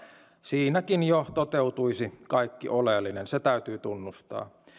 siinäkin jo toteutuisi kaikki oleellinen se täytyy tunnustaa